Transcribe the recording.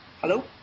Hello